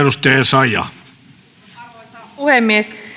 arvoisa puhemies